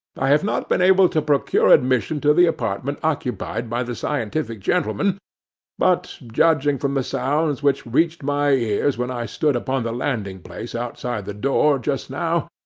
i have not been able to procure admission to the apartment occupied by the scientific gentlemen but, judging from the sounds which reached my ears when i stood upon the landing-place outside the door, just now,